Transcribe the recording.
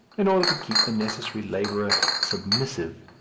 in order to keep the necessary labourer submissive,